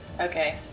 Okay